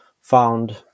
found